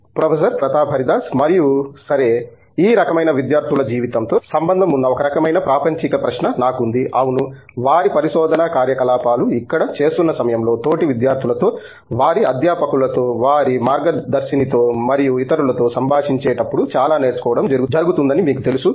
47 professor Pratap Haridas మరియు సరే ఈ రకమైన విద్యార్థుల జీవితంతో సంబంధం ఉన్న ఒక రకమైన ప్రాపంచిక ప్రశ్న నాకు ఉంది అవును వారి పరిశోధన కార్యకలాపాలు ఇక్కడ చేస్తున్న సమయంలో తోటి విద్యార్థులతో వారి అధ్యాపకులతో వారి మార్గదర్శినితో మరియు ఇతరులతో సంభాషించేటప్పుడు చాలా నేర్చుకోవడం జరుగుతుందని మీకు తెలుసు